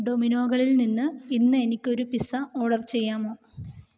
ഡൊമിനോകളിൽ നിന്ന് ഇന്ന് എനിക്ക് ഒരു പിസ്സ ഓർഡർ ചെയ്യാമോ